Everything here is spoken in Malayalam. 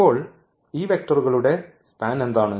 അപ്പോൾ ഈ വെക്റ്ററുകളുടെ സ്പാൻ എന്താണ്